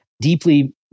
deeply